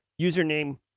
username